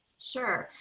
sure.